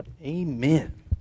amen